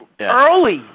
early